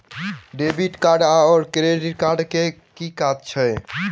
Debit card आओर credit card केँ की काज छैक?